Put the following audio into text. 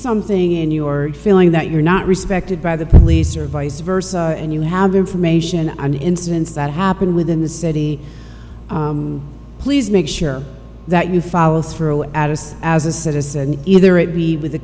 something in your feeling that you're not respected by the police or vice versa and you have information on incidents that happened within the city please make sure that you follow throw at us as a citizen and either it be with the